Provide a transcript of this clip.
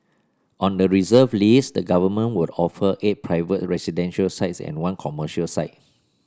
on the reserve list the government will offer eight private residential sites and one commercial site